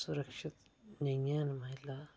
सुरक्षित नेईं हैन महिला